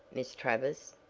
miss travers.